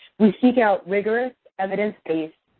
we seek out rigorous, evidence-based,